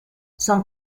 son